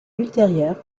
ultérieure